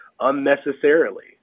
unnecessarily